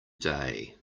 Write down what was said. day